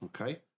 okay